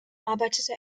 arbeitete